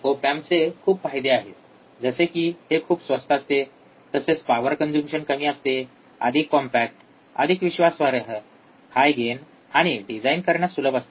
op एम्पचे खूप फायदे आहेत जसे की हे खूप स्वस्त असते तसेच पावर कंजूम्पशन कमी असते अधिक कॉम्पॅकट अधिक विश्वासार्ह हाय गेन आणि डिझाइन करण्यास सुलभ असते